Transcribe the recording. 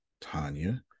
Tanya